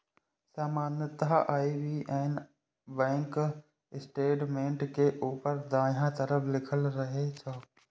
सामान्यतः IBAN bank statement के ऊपर दायां तरफ लिखल रहै छै